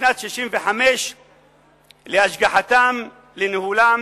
בשנת 1965 להשגחתם, לניהולם